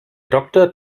doktor